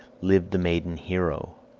lived the maiden hero,